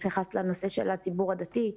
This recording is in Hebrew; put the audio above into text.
התייחסת קודם לציבור הדתי,